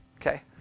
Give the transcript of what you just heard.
Okay